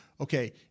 Okay